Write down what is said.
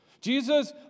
Jesus